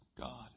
God